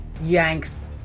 yanks